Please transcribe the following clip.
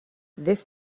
this